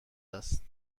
است